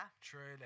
Truly